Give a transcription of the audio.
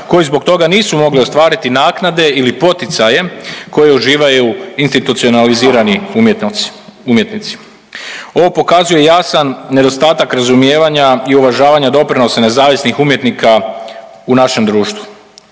koji zbog toga nisu mogli ostvariti naknade ili poticaje koje uživaju institucionalizirani umjetnici. Ovo pokazuje jasan nedostatak razumijevanja i uvažavanja doprinosa nezavisnih umjetnika u našem društvu.